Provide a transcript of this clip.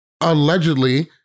allegedly